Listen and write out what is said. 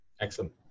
Excellent